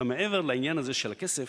מעבר לעניין הזה של הכסף,